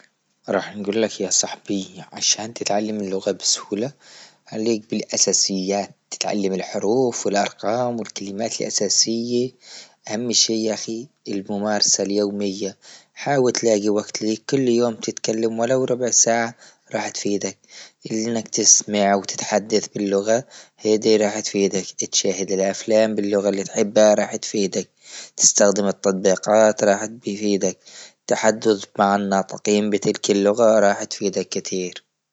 راح نقول لك يا صاحبي عشان تتعلم اللغة بسهولة عليك بالاساسية، تتعلم الحروف والأرقام والكلمات الأساسية أهم شي يا اخي الممارسة اليومية، حاول تلاقي وقت لكل يوم تتكلم ولو ربع ساعة راح تفيدك أنك تسمع أو تتحدث باللغة هذه راح تفيدك أتشاهد الأفلام باللغة اللي نحبها راح تفيدك تستخدم التطبيقات راح بفيدك، تحدث مع ناطقين بتلك اللغة راح تفيدك كثير.